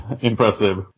impressive